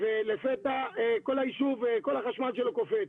ולפתע כל היישוב, כל החשמל שלו קופץ.